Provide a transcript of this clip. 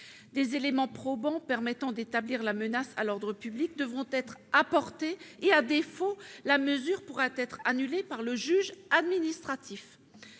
Des éléments probants permettant d'établir la menace à l'ordre public devront être apportés. À défaut, la mesure pourra être annulée par le juge administratif.